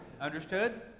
Understood